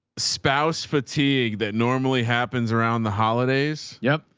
spouse fatigue that normally happens around the holidays. yep.